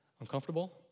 Uncomfortable